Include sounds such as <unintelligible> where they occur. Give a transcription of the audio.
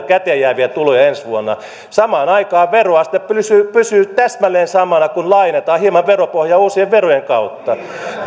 <unintelligible> käteenjääviä tuloja ensi vuonna samaan aikaan veroaste pysyy pysyy täsmälleen samana kun laajennetaan hieman veropohjaa uusien verojen kautta